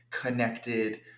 connected